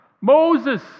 Moses